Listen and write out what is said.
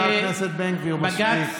בג"ץ